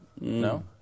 No